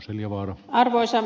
arvoisa puhemies